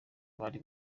bari